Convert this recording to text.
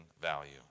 value